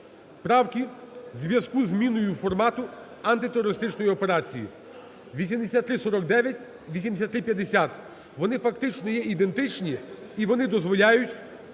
правки в зв'язку зі зміною формату антитерористичної операції. 8349 і 8350, вони фактично є ідентичні і вони дозволяють